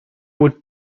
would